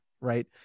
right